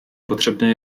potřebné